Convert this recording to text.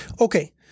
Okay